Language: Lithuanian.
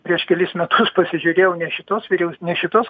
prieš kelis metus pasižiūrėjau ne šitos vyriaus ne šitos